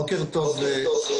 בוקר טוב.